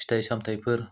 फिथाय सामथायफोर